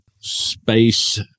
space